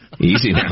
Easy